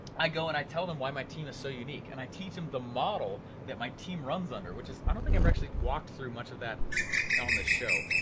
i go and i tell them why my team is so unique, and i teach them the model that my team runs under, which is, i don't think i've actually walked through of that on this show.